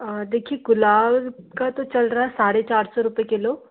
देखिए गुलाब का तो चल रहा है साढ़े चार सौ रुपए किलो